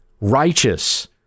Righteous